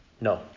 No